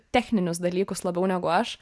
techninius dalykus labiau negu aš